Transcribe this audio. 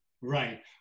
right